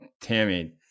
Tammy